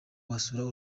wasura